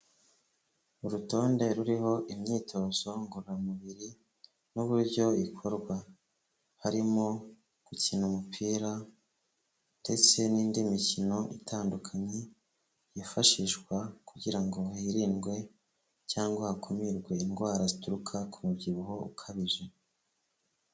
Urutonde ruriho imyitozo ngororamubiri n'uburyo ikorwa, harimo gukina umupira ndetse n'indi mikino itandukanye yifashishwa kugira ngo hirindwe cyangwa hakumirwe indwara zituruka ku mubyibuho ukabije.